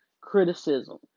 criticism